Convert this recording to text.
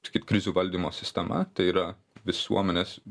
sakyt krizių valdymo sistema tai yra visuomenės